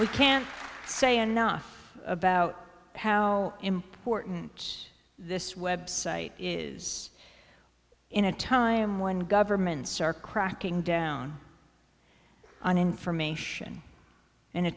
we can't say enough about how important this website is in a time when governments are cracking down on information